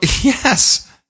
yes